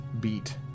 beat